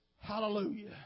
Hallelujah